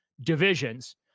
divisions